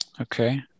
Okay